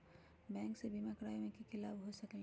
Bank से बिमा करावे से की लाभ होई सकेला?